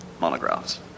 monographs